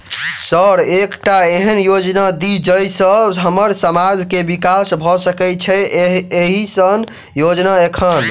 Sir एकटा एहन योजना दिय जै सऽ हम्मर समाज मे विकास भऽ सकै छैय एईसन योजना एखन?